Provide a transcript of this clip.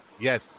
Yes